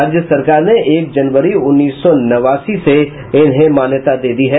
राज्य सरकार ने एक जनवरी उन्नीस सौ नवासी के इन्हें मान्यता दे दी है